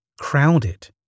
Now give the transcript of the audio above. Crowded